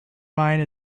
mine